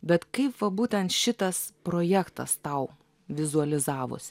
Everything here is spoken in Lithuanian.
bet kaip va būtent šitas projektas tau vizualizavosi